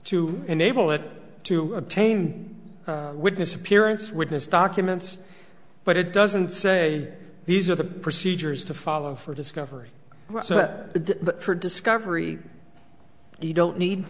to enable it to obtain witness appearance witness documents but it doesn't say these are the procedures to follow for discovery so that the discovery you don't need